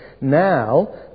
Now